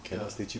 ya